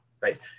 right